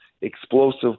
explosive